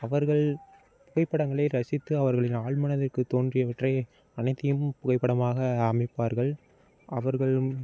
அவர்கள் புகைப்படங்களை ரசித்து அவர்களின் ஆழ்மனதிற்கு தோன்றியவற்றை அனைத்தையும் புகைப்படமாக அமைப்பார்கள் அவர்கள்